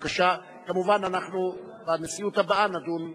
כמובן, אנחנו בנשיאות הבאה נדון.